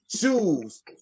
shoes